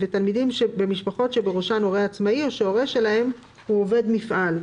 ותלמידים במשפחות שבראשן הורה עצמאי או שהורה שלהם הוא עובד מפעל,